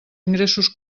ingressos